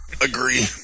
agree